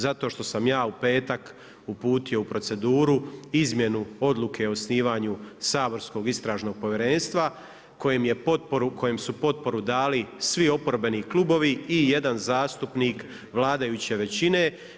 Zato što sam ja u petak uputio u proceduru izmjenu odluke o osnivanju saborskog istražnog povjerenstva kojem su potporu dali svi oporbeni klubovi i jedan zastupnik vladajuće većine.